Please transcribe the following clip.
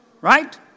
Right